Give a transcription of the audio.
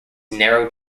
narrow